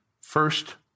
first